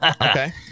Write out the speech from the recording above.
Okay